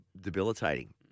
debilitating